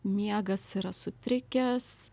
miegas yra sutrikęs